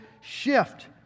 shift